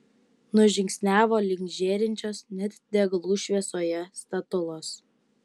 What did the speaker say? nužingsniavo link žėrinčios net deglų šviesoje statulos